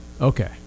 Okay